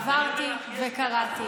עברתי וקראתי.